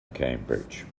cambridge